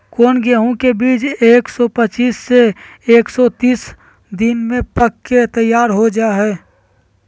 कौन गेंहू के बीज एक सौ पच्चीस से एक सौ तीस दिन में पक के तैयार हो जा हाय?